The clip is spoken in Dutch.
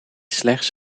slechts